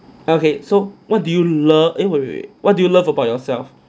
okay so what do you love eh wait wait wait what do you love about yourself